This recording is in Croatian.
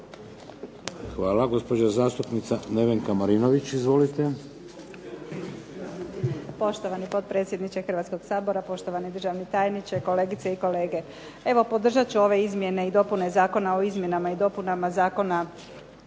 Hvala. Gospođa zastupnica Nevenka Marinović. Izvolite.